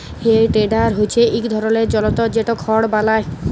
হে টেডার হচ্যে ইক ধরলের জলতর যেট খড় বলায়